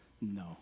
No